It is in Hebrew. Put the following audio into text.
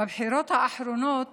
בבחירות האחרונות